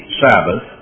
Sabbath